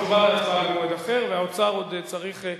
התשובה וההצבעה במועד אחר, והאוצר עוד צריך,